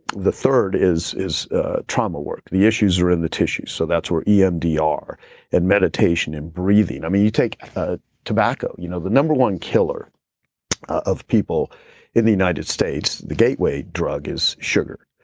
the third is is trauma work. the issues are in the tissue. so that's where emdr and meditation and breathing. um you take ah tobacco, you know the number one killer of people in the united states, the gateway drug is sugar.